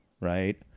right